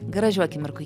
gražių akimirkų